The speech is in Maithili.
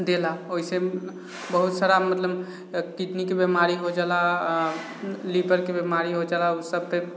देला ओइसे बहुत सारा मतलब किडनीके बीमारी हो जाला लिवरके बीमारी हो जाला उ सभके